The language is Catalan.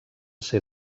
ser